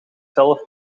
zelf